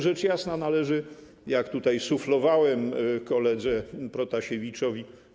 Rzecz jasna należy, jak tutaj suflowałem koledze Protasiewiczowi.